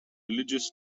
religious